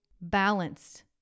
balanced